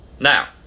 now